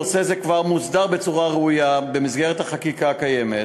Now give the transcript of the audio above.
נושא זה כבר מוסדר בצורה ראויה במסגרת החקיקה הקיימת,